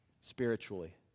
Spiritually